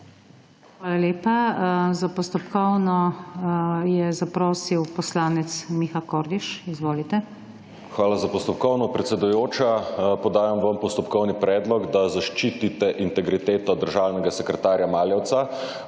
Hvala lepa. Za postopkovno je zaprosil poslanec Miha Kordiš. Izvolite. **MIHA KORDIŠ (PS Levica):** Hvala za postopkovno, predsedujoča. Podajam vam postopkovni predlog, da zaščitite integriteto državnega sekretarja Maljevca.